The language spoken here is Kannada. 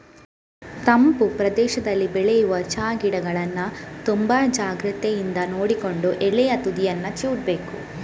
ತಂಪು ಪ್ರದೇಶದಲ್ಲಿ ಬೆಳೆಯುವ ಚಾ ಗಿಡಗಳನ್ನ ತುಂಬಾ ಜಾಗ್ರತೆಯಿಂದ ನೋಡಿಕೊಂಡು ಎಲೆಯ ತುದಿಯನ್ನ ಚಿವುಟ್ಬೇಕು